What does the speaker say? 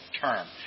term